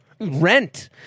rent